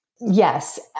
Yes